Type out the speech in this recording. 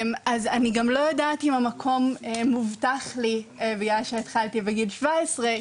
אז אני גם לא יודעת אם המקום מובטח לי בגלל שהתחלתי בגיל 17,